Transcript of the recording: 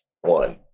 one